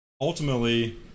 ultimately